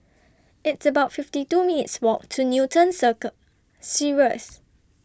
It's about fifty two minutes' Walk to Newton Circle Cirus